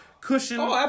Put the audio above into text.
cushion